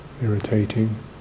irritating